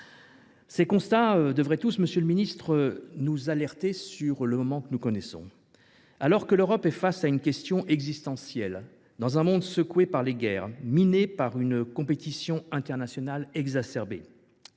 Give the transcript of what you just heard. Ces constats devraient tous nous alerter, monsieur le ministre, sur le moment que nous connaissons. Alors que l’Europe fait face à une question existentielle, dans un monde secoué par les guerres et miné par une compétition internationale exacerbée,